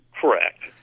Correct